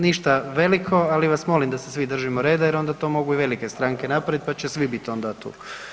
Ništa veliko, ali vas molim da se svi držimo reda jer onda to mogu i velike stranke napraviti pa će svi bit onda tu.